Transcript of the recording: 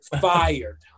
fired